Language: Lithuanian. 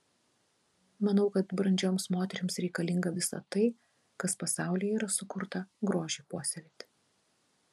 manau kad brandžioms moterims reikalinga visa tai kas pasaulyje yra sukurta grožiui puoselėti